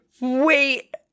wait